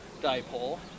dipole